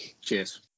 Cheers